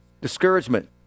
Discouragement